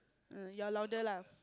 err you're louder lah